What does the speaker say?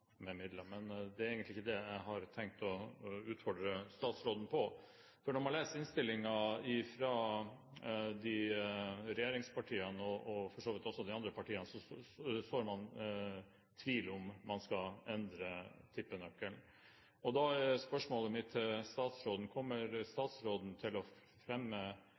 det er egentlig ikke det jeg har tenkt å utfordre statsråden på. Når man leser innstillingen fra regjeringspartiene og for så vidt også de andre partiene, vil jeg si at det der sås tvil om man skal endre tippenøkkelen. Da er spørsmålet mitt til statsråden: Kommer statsråden i forbindelse med idrettsmeldingen til å fremme